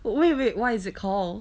wait wait what is it called